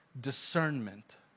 Discernment